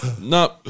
no